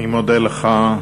אני מודה לך.